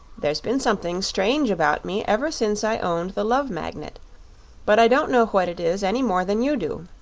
there's been something strange about me ever since i owned the love magnet but i don't know what it is any more than you do.